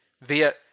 via